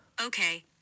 Okay